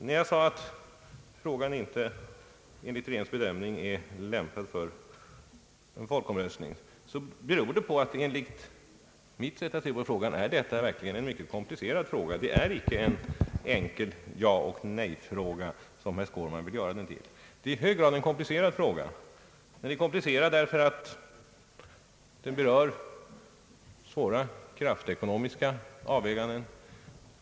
När jag sade att frågan enligt regeringens bedömande inte är lämplig för en folkomröstning beror det på att enligt mitt sätt att se är detta verkligen ett mycket komplicerat problem. Det är icke en enkel jaoch nej-fråga, som herr Skårman vill göra den till. Den är komplicerad därför att den berör svåra kraftekonomiska avväganden.